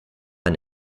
ein